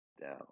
down